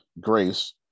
Grace